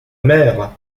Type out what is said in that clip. mère